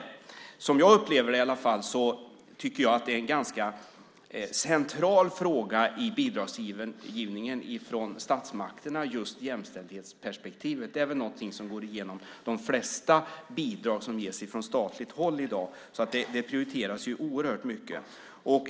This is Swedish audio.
Som i alla fall jag upplever det är just jämställdhetsperspektivet en ganska central fråga i bidragsgivningen från statsmakterna. Det är väl någonting som går igenom de flesta bidrag som ges från statligt håll i dag. Det prioriteras oerhört mycket.